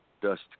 dust